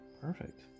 Perfect